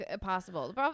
possible